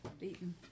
eaten